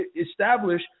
establish